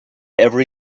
every